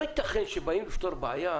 לא יתכן שבאים לפתור בעיה,